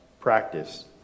practice